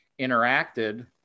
interacted